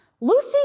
Lucy